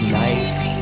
nice